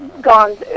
gone